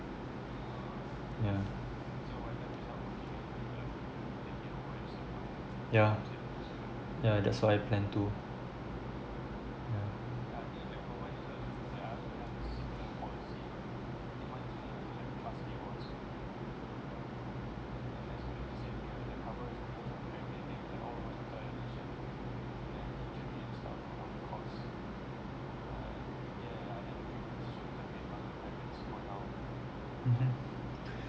yeah yeah yeah that's what I plan to uh hmm